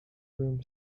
room